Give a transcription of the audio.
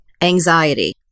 anxiety